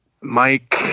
Mike –